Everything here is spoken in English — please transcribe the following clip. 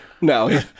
no